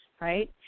Right